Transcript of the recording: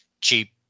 cheap